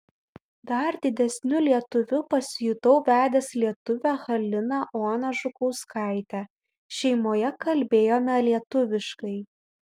dar didesniu lietuviu pasijutau vedęs lietuvę haliną oną žukauskaitę šeimoje kalbėjome lietuviškai